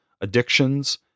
Addictions